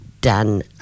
done